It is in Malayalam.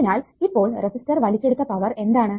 അതിനാൽ ഇപ്പോൾ റെസിസ്റ്റർ വലിച്ചെടുത്ത പവർ എന്താണ്